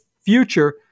future